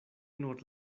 nur